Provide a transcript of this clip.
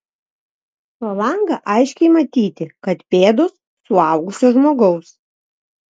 pro langą aiškiai matyti kad pėdos suaugusio žmogaus